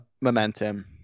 momentum